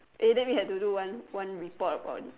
eh then we had to do one one report about it